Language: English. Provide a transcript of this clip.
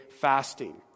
fasting